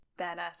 badass